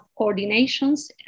coordinations